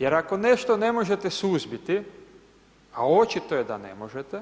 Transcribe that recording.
Jer ako nešto ne možete suzbiti, a očito je da ne možete